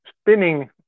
spinning